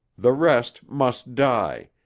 the rest must die,